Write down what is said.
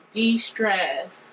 de-stress